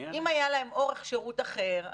אם היה להם אורך שירות אחר,